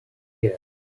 here